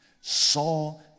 saw